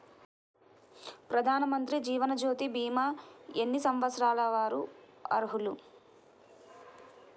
ప్రధానమంత్రి జీవనజ్యోతి భీమా ఎన్ని సంవత్సరాల వారు అర్హులు?